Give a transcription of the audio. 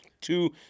two